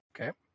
Okay